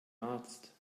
arzt